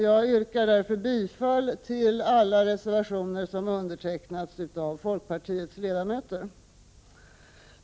Jag yrkar däför bifall till alla reservationer från folkpartiets ledamöter.